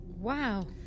Wow